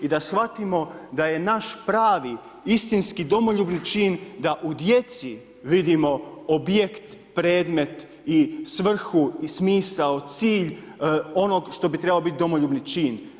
I da shvatimo, da je naš pravi, istinski, domoljubni čin, da u djeci vidimo objekt, predmet i svrhu, smisao, cilj, onog što bi trebao biti domoljubni čin.